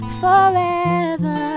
forever